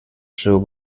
seu